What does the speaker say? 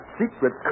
secret